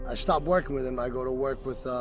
ah stopped working with him i go to work with,